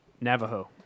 navajo